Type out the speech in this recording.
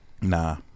Nah